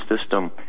system